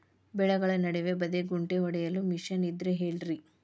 ಬೆಳೆಗಳ ನಡುವೆ ಬದೆಕುಂಟೆ ಹೊಡೆಯಲು ಮಿಷನ್ ಇದ್ದರೆ ಹೇಳಿರಿ